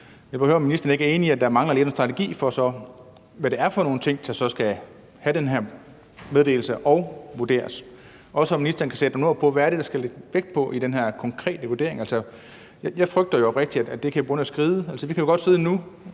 Jeg vil høre, om ministeren ikke er enig i, at der lidt mangler en strategi for, hvad det så er for nogle ting, der skal have den her meddelelse og vurderes. Og kan ministeren sætte nogle ord på, hvad det er, der skal lægges vægt på i den her konkrete vurdering? Jeg frygter oprigtigt, at det kan begynde at skride. Vi kan godt sidde nu